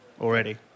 already